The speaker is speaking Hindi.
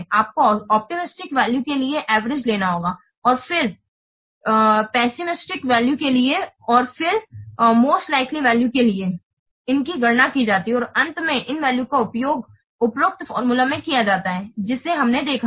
आपको ऑप्टिमिस्टिक वैल्यू के लिए एवरेज लेना होगा और फिर पेसिमिस्टिक वैल्यू के लिए और फिर मोस्ट लिकेल्य वैल्यू क लिए है इनकी गणना की जाती है और अंत में इन वैल्यू का उपयोग उपरोक्त फार्मूला में किया जाता है जिसे हमने देखा है